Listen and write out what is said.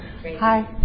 hi